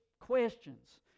questions